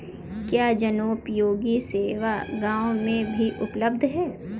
क्या जनोपयोगी सेवा गाँव में भी उपलब्ध है?